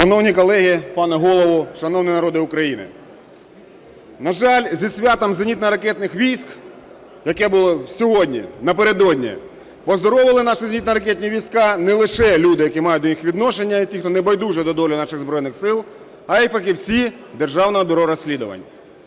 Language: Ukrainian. Шановні колеги! Пане Голово! Шановний народе України! На жаль, зі святом зенітно-ракетний військ, яке було сьогодні, напередодні, поздоровили наші зенітно-ракетні війська не лише люди, які мають до них відношення, і тих, хто небайдужий до долі наших Збройних Сил, а і фахівці Державного бюро розслідування.